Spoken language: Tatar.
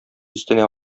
өстенә